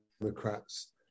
Democrats